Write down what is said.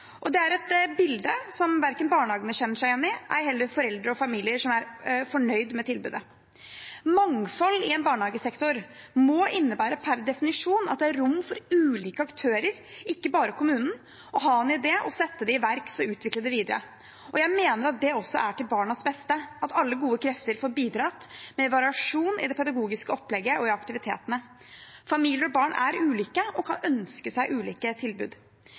Det er et bilde som verken barnehagene eller foreldre og familier som er fornøyd med tilbudet, kjenner seg igjen i. Mangfold i en barnehagesektor må innebære, per definisjon, at det er rom for ulike aktører – ikke bare kommunen – til å ha en idé, sette den i verk og så utvikle den videre. Jeg mener det også er til barnas beste at alle gode krefter får bidratt med variasjon i det pedagogiske opplegget og i aktivitetene. Familier og barn er ulike og kan ønske seg ulike tilbud.